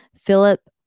Philip